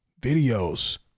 videos